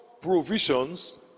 provisions